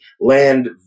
land